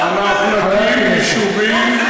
אנחנו נקים יישובים,